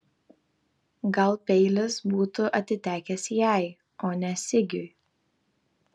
gal peilis būtų atitekęs jai o ne sigiui